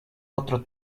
otro